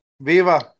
Viva